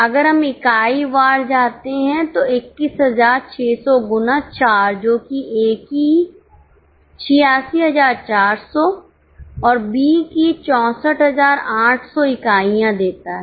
अगर हम इकाई वार जाते हैं तो 21600 गुना 4 जो कि ए की 86400 और बी की 64800 इकाइयां देता है